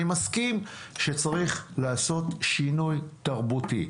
אני מסכים שצריך לעשות שינוי תרבותי.